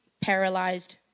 paralyzed